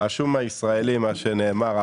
אמרו